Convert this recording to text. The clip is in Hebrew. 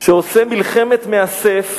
שעושה מלחמת מאסף